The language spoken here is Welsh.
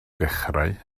ddechrau